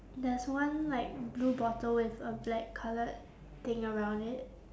there's one like blue bottle with a black coloured thing around it